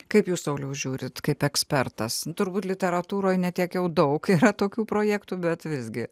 kaip jūs sauliau žiūrit kaip ekspertas turbūt literatūroj ne tiek jau daug yra tokių projektų bet visgi